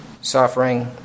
suffering